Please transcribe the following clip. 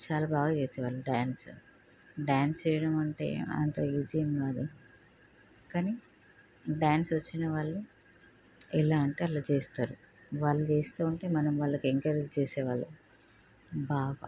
చాలా బాగా వేసేవాళ్ళు డాన్స్ డాన్స్ చేయడం అంటే అంత ఈజీ ఏం కాదు కానీ డాన్స్ వచ్చిన వాళ్ళు ఎలా అంటే అలా చేస్తారు వాళ్ళు చేస్తూ ఉంటే మనం వాళ్ళకి ఎంకరేజ్ చేసేవాళ్ళము బాగా